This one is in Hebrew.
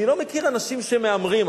אני לא מכיר אנשים שמהמרים.